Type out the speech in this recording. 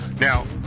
Now